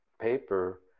paper